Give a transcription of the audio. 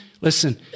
Listen